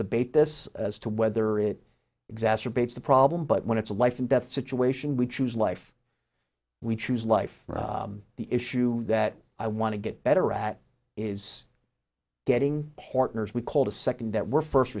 debate this as to whether it exacerbates the problem but when it's a life and death situation we choose life we choose life the issue that i want to get better at is getting partners we called a second that we're first